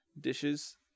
dishes